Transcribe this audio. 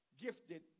gifted